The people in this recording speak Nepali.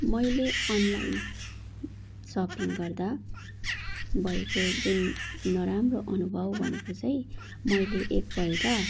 मैले अनलाइन सपिङ गर्दा भएको जुन नराम्रो अनुभव भनेको चाहिँ मैले एकपल्ट